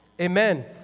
Amen